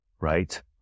right